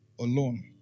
alone